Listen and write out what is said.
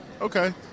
okay